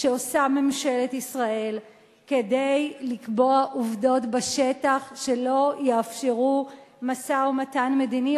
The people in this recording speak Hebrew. שעושה ממשלת ישראל כדי לקבוע עובדות בשטח שלא יאפשרו משא-ומתן מדיני,